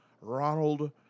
Ronald